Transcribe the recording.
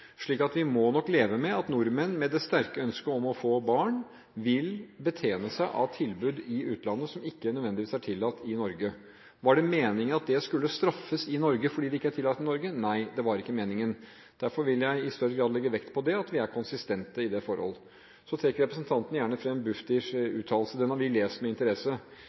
vi må nok leve med at nordmenn, med et sterkt ønske om å få barn, vil benytte seg av tilbud i utlandet som ikke nødvendigvis er tillatt i Norge. Var det meningen at det skulle straffes i Norge fordi det ikke er tillatt i Norge? Nei, det var ikke meningen. Derfor vil jeg i større grad legge vekt på det og at vi er konsistente i det forhold. Så trekker representanten gjerne fram Bufdirs uttalelse. Den har vi lest med interesse,